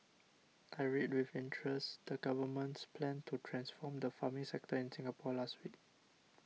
I read with interest the Government's plan to transform the farming sector in Singapore last week